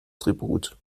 tribut